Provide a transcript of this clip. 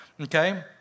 Okay